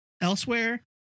elsewhere